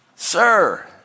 Sir